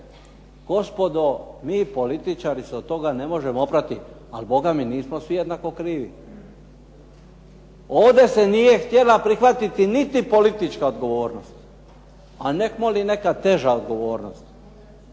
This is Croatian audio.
Gospodo mi političari se od toga ne možemo oprati, ali Boga mi nismo svi jednako krivi. Ovdje se nije htjela prihvatiti niti politička odgovornost, a negmoli neka teža odgovornost.